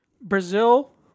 Brazil